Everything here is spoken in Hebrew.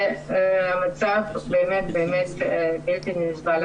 המצב באמת באמת בלתי נסבל.